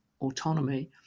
autonomy